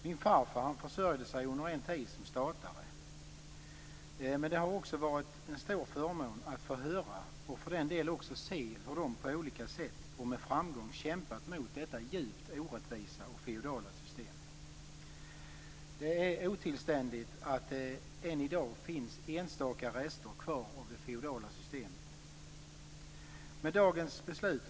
Min farfar försörjde sig under en tid som statare. Det har också varit en stor förmån att få höra, och för den delen också se, hur de på olika sätt med framgång kämpat mot detta djupt orättvisa och feodala system. Det är otillständigt att det än i dag finns enstaka rester kvar av det feodala systemet.